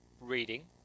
reading